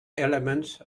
elements